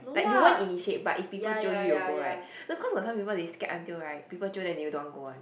like you won't initiate but if people jio you you will go right because got some people they scared until right people jio then they don't want go one